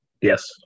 Yes